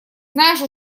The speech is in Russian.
знаешь